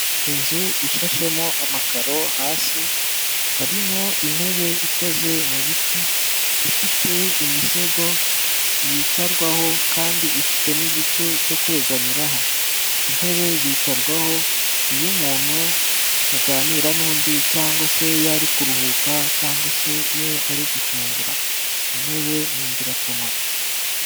Inzu ishashemo amakaro hasi harimo intebe ikoze mu biti ifite imisego yicarwaho kandi ifite n'igice cyo kwegamiraho. Intebe zicarwaho iyo umuntu aganira n'undi ari kuruhuka cyangwa ari gufungura intebe ni ingirakamaro.